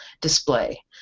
display